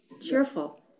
cheerful